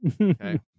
Okay